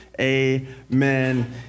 Amen